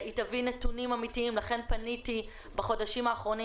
היא תביא נתונים אמיתיים ולכן פניתי בחודשים האחרונים